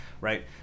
Right